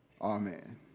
Amen